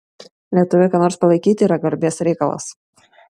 lietuviui ką nors palaikyti yra garbės reikalas